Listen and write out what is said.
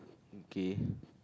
okay